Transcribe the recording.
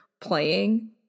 playing